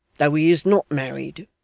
though he is not married